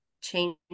change